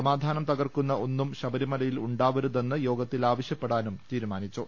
സമാധാനം തകർക്കുന്ന ഒന്നും ശബരിമലയിൽ ഉണ്ടാ കരുതെന്നും യോഗത്തിൽ ആവശ്യപ്പെടാനും തീരുമാനിച്ചു